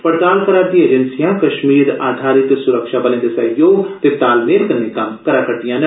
पड़ताल करा'रदी एजेंसियां कश्मीर आधारित सुरक्षाबलें दे सैह्योग ते तालमेल कन्नै कम्म करा करदिआं न